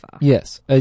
Yes